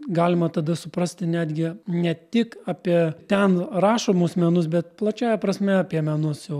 galima tada suprasti netgi ne tik apie ten rašomus menus bet plačiąja prasme apie menus jau